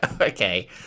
Okay